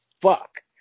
fuck